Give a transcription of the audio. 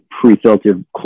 Pre-filtered